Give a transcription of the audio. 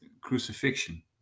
crucifixion